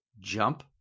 jump